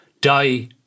die